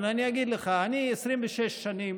אבל אני אגיד לך: אני 26 שנים